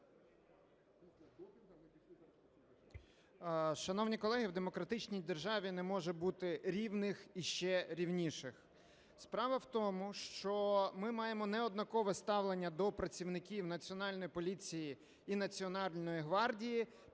Шановні колеги, в демократичній державі не може бути рівних і ще рівніших. Справа в тому, що ми маємо неоднакове ставлення до працівників Національної поліції і Національної гвардії